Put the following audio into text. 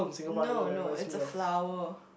no no it's a flower